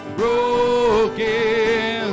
broken